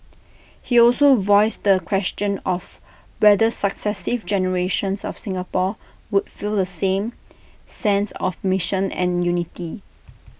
he also voiced the question of whether successive generations of Singapore would feel the same sense of mission and unity